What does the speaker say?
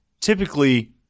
typically